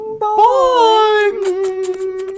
Bye